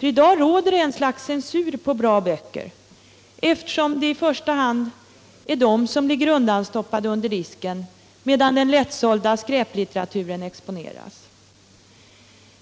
I dag råder ett slags censur på bra böcker, eftersom det i första hand är de som ligger undanstoppade under disken medan den lättsålda skräplitteraturen exponeras.